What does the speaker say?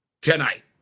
tonight